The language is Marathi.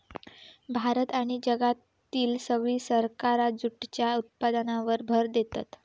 भारत आणि जगातली सगळी सरकारा जूटच्या उत्पादनावर भर देतत